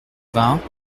vingt